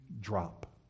drop